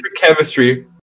chemistry